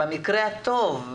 במקרה הטוב.